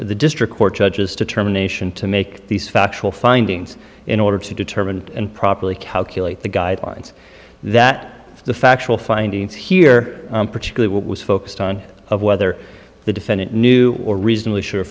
the district court judges determination to make these factual findings in order to determine and properly calculate the guidelines that the factual findings here particularly what was focused on of whether the defendant knew or reasonably